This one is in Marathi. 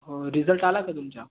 रिजल्ट आला का तुमचा